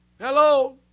Hello